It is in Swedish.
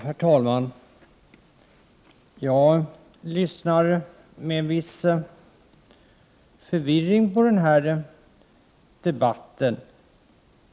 Herr talman! Jag lyssnar med viss förvirring på den här debatten.